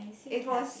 it was